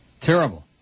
Terrible